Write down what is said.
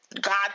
God